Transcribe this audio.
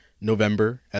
November